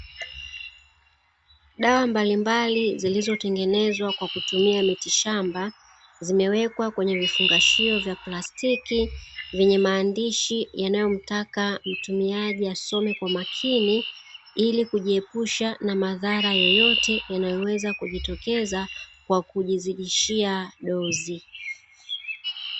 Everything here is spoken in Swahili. Dawa mbalimbali zilizotengenezwa kwa kutumia miti shamba, zimewekwa kwenye vifungashio vya plastiki vyenye maandishi yanayomtaka mtumiaji asome kwa makini ili kujiepusha na madhara yoyote hanayoweza kujitokeza kwa kujizidishia dozi.